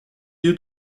lieu